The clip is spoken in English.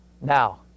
Now